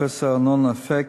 פרופסור ארנון אפק,